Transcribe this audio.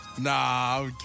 Nah